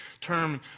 term